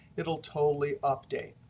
it will totally update.